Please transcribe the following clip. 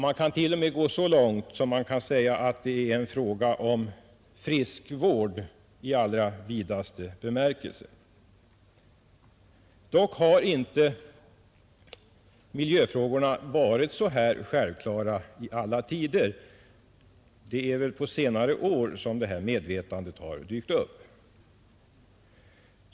Man kan t.o.m. gå så långt som att säga att detta är en fråga om friskvård i allra vidaste bemärkelse, Dock har inte miljöfrågorna varit så självklara i alla tider. Det är väl på senare år som detta medvetande har dykt upp.